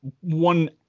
one